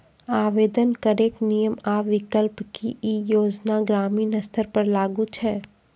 आवेदन करैक नियम आ विकल्प? की ई योजना ग्रामीण स्तर पर लागू छै?